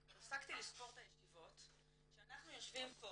אני כבר הפסקתי לספור את הישיבות שאנחנו יושבים פה